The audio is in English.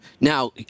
Now